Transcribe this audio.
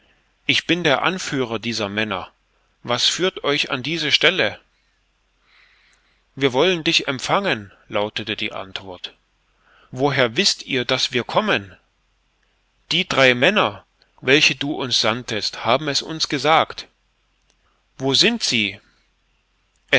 ich bin der anführer dieser männer was führt euch an diese stelle wir wollen dich empfangen lautete die antwort woher wißt ihr daß wir kommen die drei männer welche du uns sandtest haben es uns gesagt wo sind sie